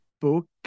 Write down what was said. book